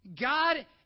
God